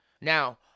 Now